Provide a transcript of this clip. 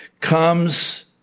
comes